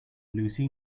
lucy